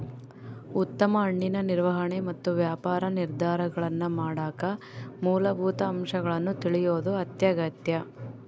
ಉತ್ತಮ ಹಣ್ಣಿನ ನಿರ್ವಹಣೆ ಮತ್ತು ವ್ಯಾಪಾರ ನಿರ್ಧಾರಗಳನ್ನಮಾಡಕ ಮೂಲಭೂತ ಅಂಶಗಳನ್ನು ತಿಳಿಯೋದು ಅತ್ಯಗತ್ಯ